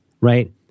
right